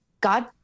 God